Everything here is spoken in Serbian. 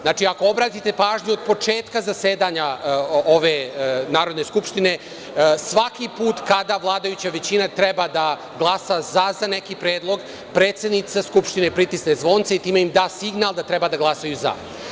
Znači, ako obratite pažnju od početka zasedanja Narodne skupštine svaki put kada vladajuća većina treba da glasa za za neki predlog predsednica Skupštine pritisne zvonce i time im da signal da treba da glasaju za.